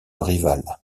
rival